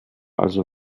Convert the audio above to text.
also